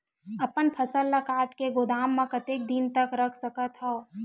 अपन फसल ल काट के गोदाम म कतेक दिन तक रख सकथव?